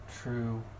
true